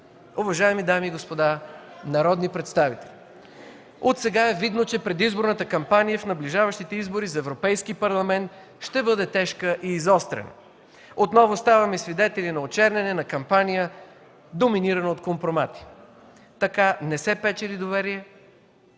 Уважаеми дами и господа народни представители, отсега е видно, че предизборната кампания в наближаващите избори за Европейски парламент ще бъде тежка и изострена. Отново ставаме свидетели на очерняне, на кампания, доминирана от компромати. Така не се печели доверие,